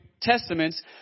Testaments